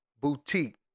Boutique